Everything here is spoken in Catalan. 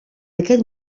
aquest